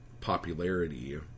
popularity